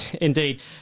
indeed